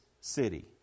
city